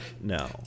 No